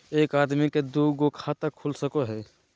एक आदमी के दू गो खाता खुल सको है?